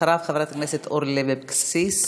אחריו, חברת הכנסת אורלי לוי אבקסיס.